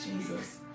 Jesus